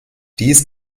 dies